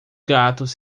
gatos